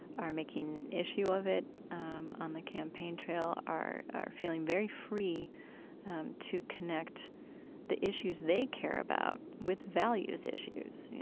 are making issue of it um on the campaign trail, are are feeling very free to connect the issues they care about with values issues.